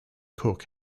cook